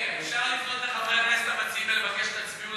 אפשר לפנות לחברי הכנסת המציעים ולבקש שתצביעו